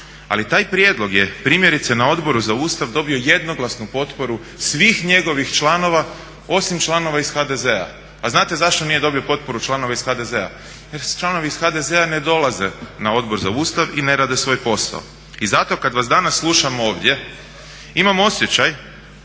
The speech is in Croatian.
Ali taj prijedlog je primjerice na Odboru za Ustav dobio jednoglasnu potporu svih njegovih članova osim članova iz HDZ-a. A znate zašto nije dobio potporu članova iz HDZ-a? Jer članovi iz HDZ-a ne dolaze na Odbor za Ustav i ne rade svoj posao. I zato kada vas danas slušam ovdje imam osjećaj